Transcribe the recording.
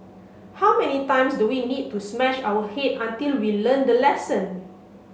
how many times do we need to smash our head until we learn the lesson